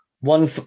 One